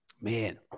man